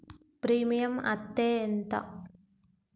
Premium అత్తే ఎంత?